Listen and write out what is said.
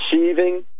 receiving